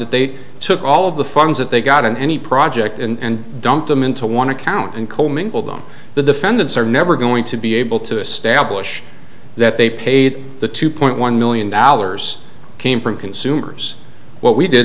that they took all of the funds that they got in any project and dump them into one account and commingled them the defendants are never going to be able to establish that they paid the two point one million dollars came from consumers what we did